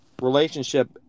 relationship